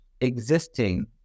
existing